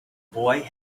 boy